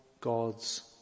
God's